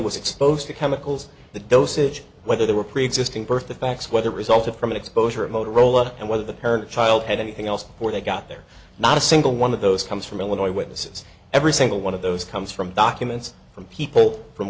was exposed to chemicals the dosage whether they were preexisting bertha facts whether resulted from an exposure at motorola and whether the parent child had anything else before they got there not a single one of those comes from illinois witnesses every single one of those comes from documents from people from